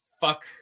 fuck